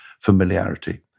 familiarity